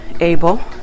Abel